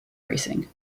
racing